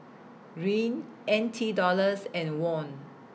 Riel N T Dollars and Won